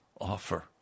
offer